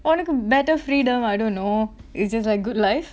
உனக்கு:unakku better freedom I don't know it's just like good life